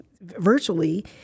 virtually